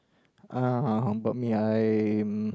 uh about me I'm